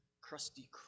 crusty